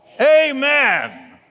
Amen